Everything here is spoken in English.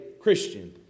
Christian